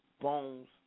Bones